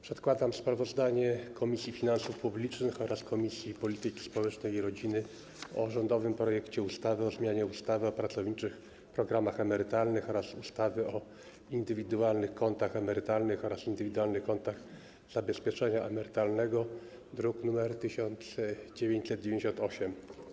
Przedkładam sprawozdanie Komisji Finansów Publicznych oraz Komisji Polityki Społecznej i Rodziny o rządowym projekcie ustawy o zmianie ustawy o pracowniczych programach emerytalnych oraz ustawy o indywidualnych kontach emerytalnych oraz indywidualnych kontach zabezpieczenia emerytalnego, druk nr 1998.